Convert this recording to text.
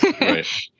Right